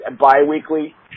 bi-weekly